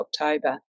October